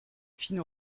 fine